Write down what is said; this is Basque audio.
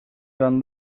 joan